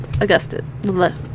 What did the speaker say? Augustus